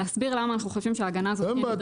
להסביר למה אנחנו חושבים שההגנה הזאת כן --- אין בעיה,